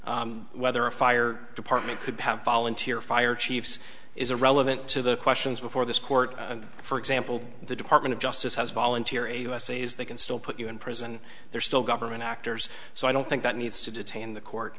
whether a fire department could have volunteer fire chiefs is irrelevant to the questions before this court and for example the department of justice has volunteer a u s c is they can still put you in prison they're still government actors so i don't think that needs to detain the court